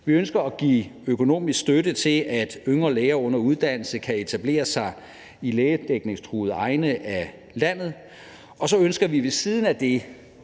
Vi ønsker at give økonomisk støtte til, at yngre læger under uddannelse kan etablere sig i lægedækningstruede egne af landet, og så ønsker vi ved siden af det,